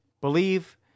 believe